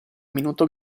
minuto